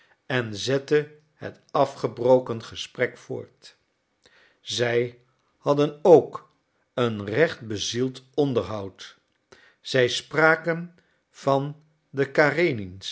en zette het afgebroken gesprek voort zij hadden ook een recht bezield onderhoud zij spraken van de karenins